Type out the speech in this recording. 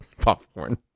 popcorn